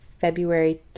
February